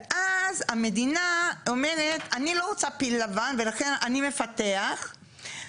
ואז המדינה אומרת אני לא רוצה פיל לבן ולכן אני מפתח או